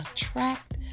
attract